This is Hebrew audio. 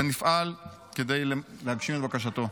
ונפעל כדי להגשים את בקשתו.